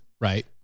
Right